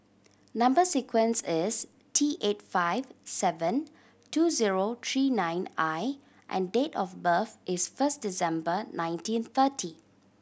number sequence is T eight five seven two zero three nine I and date of birth is first December nineteen thirty